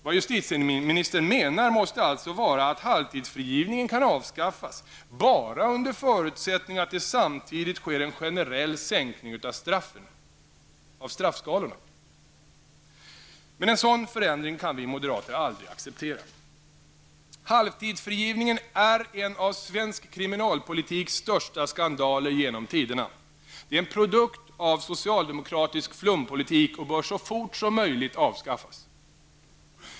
Vad justitieministern menar måste alltså vara att halvtidsfrigivningen kan avskaffas bara under förutsättning att det samtidigt sker en generell sänkning av straffskalorna. En sådan förändring kan vi moderater emellertid aldrig acceptera. Halvtidsfrigivningen är en av svensk kriminalpolitiks största skandaler genom tiderna. Den är en produkt av socialdemokratisk flumpolitik och bör så fort som möjligt avskaffas.